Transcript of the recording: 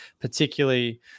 particularly